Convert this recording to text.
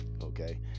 okay